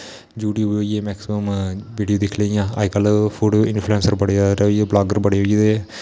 YouTube उपर इये maximum video दिक्खी लेइयां अजकल फूड इनफुलेंसर बडे़ सारे होई गेदे बलागर बडे़ होई गेदे